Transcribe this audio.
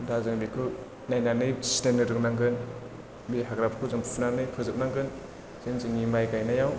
दा जों बेखौ नायनानै सिनायनो रोंनांगोन बे हाग्राफोरखौ जों फुनानै फोजोबनांगोन जों जोंनि माइ गायनायाव